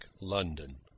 London